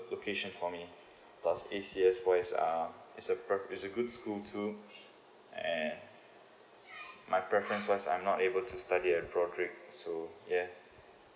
location for me plus A_C_S wise um it's a pre~ it's a good school too and my preference wise I'm not able to study at broadrick so yeah